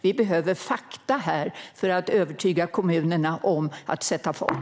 Vi behöver fakta för att övertyga kommunerna om att de ska sätta fart.